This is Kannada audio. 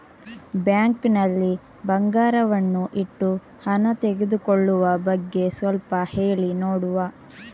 ಬ್ಯಾಂಕ್ ನಲ್ಲಿ ಬಂಗಾರವನ್ನು ಇಟ್ಟು ಹಣ ತೆಗೆದುಕೊಳ್ಳುವ ಬಗ್ಗೆ ಸ್ವಲ್ಪ ಹೇಳಿ ನೋಡುವ?